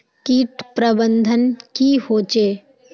किट प्रबन्धन की होचे?